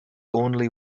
only